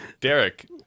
Derek